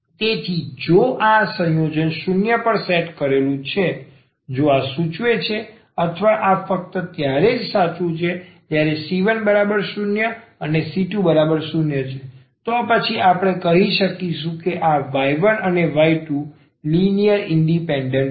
તેથી જો આ સંયોજન 0 પર સેટ કરેલું છે જો આ સૂચવે છે અથવા આ ફક્ત ત્યારે જ સાચું છે જ્યારે c10અનેc20છે તો પછી આપણે કહીશું કે આ y1 અને y2 લિનિયર ઇન્ડિપેન્ડન્ટ છે